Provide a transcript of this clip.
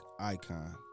icon